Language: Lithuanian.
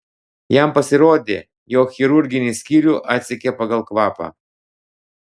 jam pasirodė jog chirurginį skyrių atsekė pagal kvapą